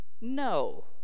no